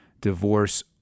Divorce